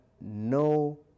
no